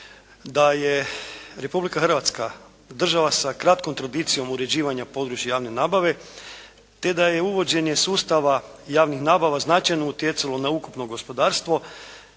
da je Republika Hrvatska država sa kratkom tradicijom uređivanja područja javne nabave te da je uvođenje sustava javnih nabava značajno utjecalo na ukupno gospodarstvo